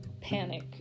panic